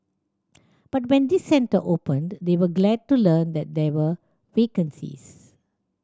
but when this centre opened they were glad to learn that there were vacancies